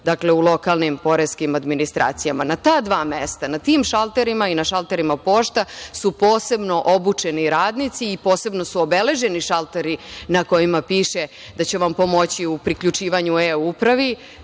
dakle u lokalnim poreskim administracijama. Na ta dva mesta, na tim šalterima i na šalterima pošta su posebno obučeni radnici i posebno su obeleženi šalteri na kojima piše da će vam pomoći u priključivanju e-upravi,